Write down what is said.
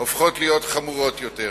הופכות להיות חמורות יותר.